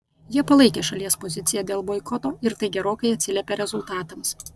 jie palaikė šalies poziciją dėl boikoto ir tai gerokai atsiliepė rezultatams